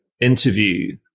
interview